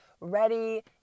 ready